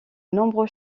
nombreux